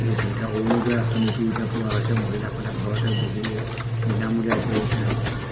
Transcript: এইটো এতিয়া অৰুণোদয় আঁচনিটোও এতিয়া পোৱা হৈছে মহিলাসকলে ঘৰতে বহিয়ে বিনামূলীয়াকৈয়ে এতিয়া